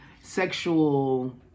sexual